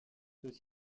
ceux